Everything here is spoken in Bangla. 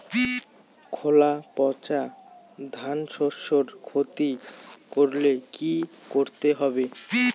খোলা পচা ধানশস্যের ক্ষতি করলে কি করতে হবে?